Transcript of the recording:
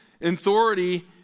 authority